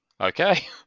Okay